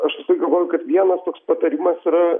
aš galvoju kad vienas toks patarimas yra